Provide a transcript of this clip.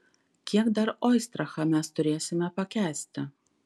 kiek dar oistrachą mes turėsime pakęsti